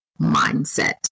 mindset